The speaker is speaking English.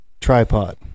tripod